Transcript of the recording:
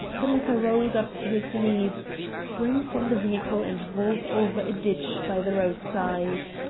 the latter rolled up to his knees spring from the vehicle and vault over a ditch by the roadside.